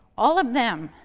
all of them,